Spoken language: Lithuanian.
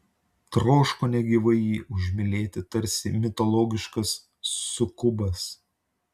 troško negyvai jį užmylėti tarsi mitologiškas sukubas